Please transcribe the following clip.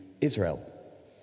Israel